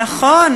נכון.